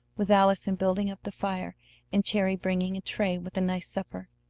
with allison building up the fire and cherry bringing a tray with a nice supper.